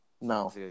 No